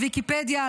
לוויקיפדיה,